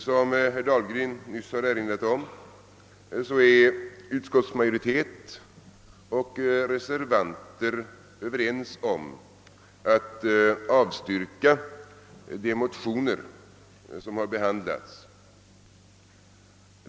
Som herr Dahlgren nyss erinrat om är utskottsmajoritet och reservanter överens om att tillstyrka de motioner som har behandlats.